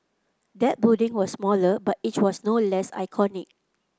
that building was smaller but it was no less iconic